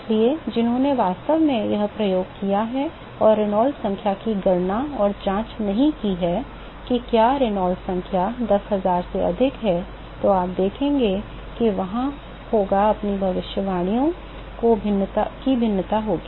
इसलिए जिन्होंने वास्तव में यह प्रयोग किया है और रेनॉल्ड्स संख्या की गणना और जाँच नहीं की है कि क्या रेनॉल्ट संख्या 10000 से अधिक है तो आप देखेंगे कि वहाँ होगा अपनी भविष्यवाणियों में भिन्नता होगी